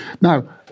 Now